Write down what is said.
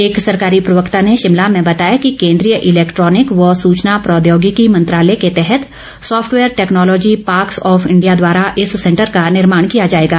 एक सरकारी प्रवक्ता ने शिमला में बताया कि केन्द्रीय इलेक्ट्रॉनिक व सूचना प्रौद्योगिकी मंत्रालय के तहत software technology parks of India द्वारा इस सैंटर का निर्माण किया जाएगा